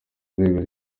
nzego